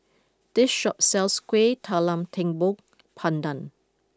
this shop sells Kueh Talam Tepong Pandan